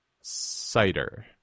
cider